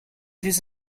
this